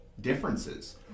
differences